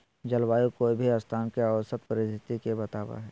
जलवायु कोय भी स्थान के औसत परिस्थिति के बताव हई